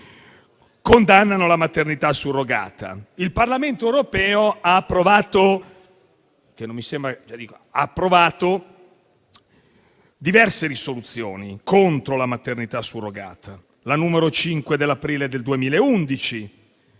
condannano la maternità surrogata. Il Parlamento europeo ha approvato diverse risoluzioni contro la maternità surrogata. Ricordo la risoluzione del 5 aprile del 2011